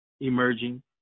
emerging